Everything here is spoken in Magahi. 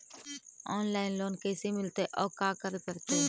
औनलाइन लोन कैसे मिलतै औ का करे पड़तै?